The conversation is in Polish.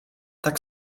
tak